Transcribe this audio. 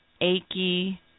achy